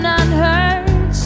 unheard